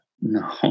no